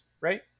right